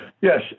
Yes